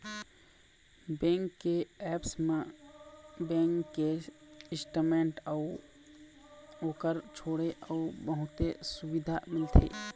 bank के apps म bank के स्टेटमेंट अउ ओखर छोड़े अउ बहुते सुबिधा मिलथे